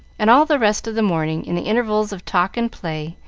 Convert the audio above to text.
and all the rest of the morning, in the intervals of talk and play,